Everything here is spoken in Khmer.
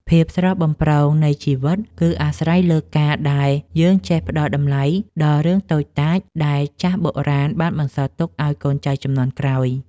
ភាពស្រស់បំព្រងនៃជីវិត គឺអាស្រ័យលើការដែលយើងចេះផ្តល់តម្លៃដល់រឿងតូចតាចដែលចាស់បុរាណបានបន្សល់ទុកឱ្យកូនចៅជំនាន់ក្រោយ។